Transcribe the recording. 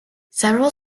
several